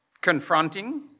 confronting